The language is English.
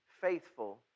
faithful